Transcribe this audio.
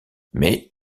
mais